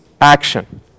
action